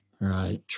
Right